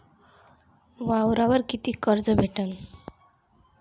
वावरावर कितीक कर्ज भेटन?